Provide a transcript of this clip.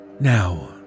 Now